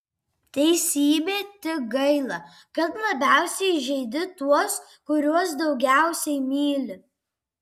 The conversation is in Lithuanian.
teisybė tik gaila kad labiausiai žeidi tuos kuriuos daugiausiai myli